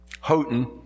Houghton